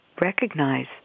recognize